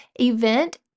event